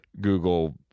Google